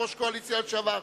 קואליציה לשעבר,